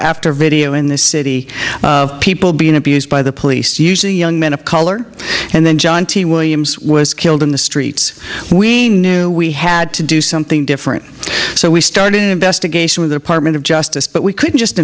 after video in this city of people being abused by the police usually young men of color and then john t williams was killed in the streets we knew we had to do something different so we started an investigation of the apartment of justice but we couldn't just